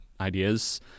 ideas